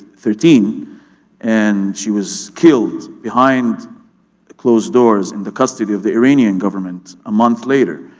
thirteen and she was killed behind the closed doors, in the custody of the iranian government, a month later.